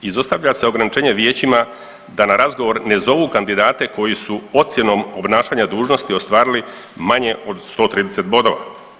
Izostavlja se ograničenje vijećima da na razgovor ne zovu kandidate koji su ocjenom obnašanja dužnosti ostvarili manje od 130 bodova.